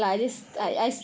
okay wait